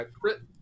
crit